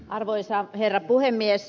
arvoisa herra puhemies